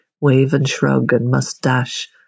wave-and-shrug-and-mustache